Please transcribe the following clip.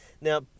now